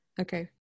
okay